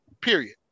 period